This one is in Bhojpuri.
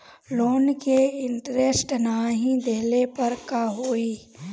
लोन के इन्टरेस्ट नाही देहले पर का होई?